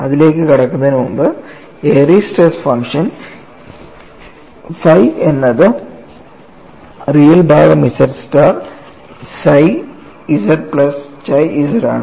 അതിലേക്ക് കടക്കുന്നതിന് മുമ്പ് എയറിസ് സ്ട്രെസ് ഫംഗ്ഷൻ phi എന്നത് റിയൽ ഭാഗം z star psi z plus chi z ആണ്